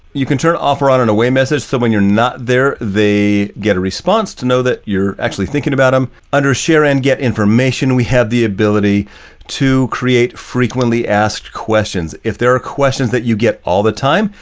you can turn off or on and away message. so when you're not there, they get a response to know that you're actually thinking about them. under share and get information, we have the ability to create frequently asked questions. if there are questions that you get all the time,